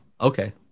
okay